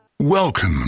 Welcome